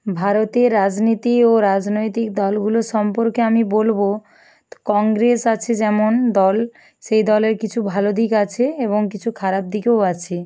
ভারতে রাজনীতি ও রাজনৈতিক দলগুলো সম্পর্কে আমি বলবো কংগ্রেস আছে যেমন দল সেই দলের কিছু ভালো দিক আছে এবং কিছু খারাপ দিকও আছে